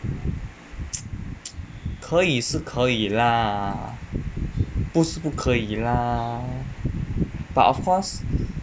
可以是可以啦不是不可以 lah but of course